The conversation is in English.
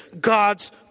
God's